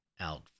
out